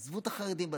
עזבו את החרדים בצד.